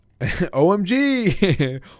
OMG